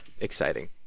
exciting